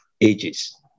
ages